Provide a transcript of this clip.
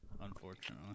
unfortunately